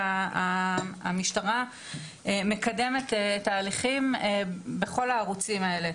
והמשטרה מקדמת תהליכים בכל הערוצים האלה.